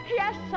yes